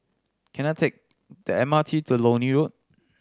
can I take the M R T to Lornie Road